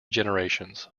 generations